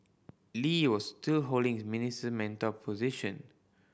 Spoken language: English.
Lee was still holding his Minister Mentor position